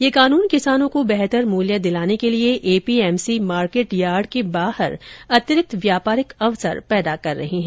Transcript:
ये कानून किसानों को बेहतर मूल्य दिलाने के लिए एपीएमसी मार्केट यार्ड के बाहर अतिरिक्त व्यापारिक अवसर पैदा कर रहे है